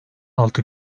altı